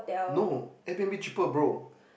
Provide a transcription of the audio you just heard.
no air-b_n_b cheaper bro